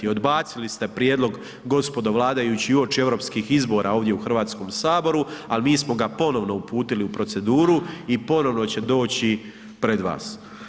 Odbacili ste prijedlog gospodo vladajući uoči europskih izbora ovdje u Hrvatskom saboru ali mi smo ga ponovno uputili u proceduru i ponovno će doći pred vas.